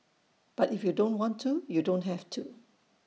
but if you don't want to you don't have to